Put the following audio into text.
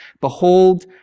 Behold